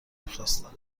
میخواستم